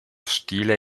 stile